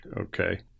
okay